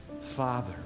father